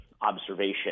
observation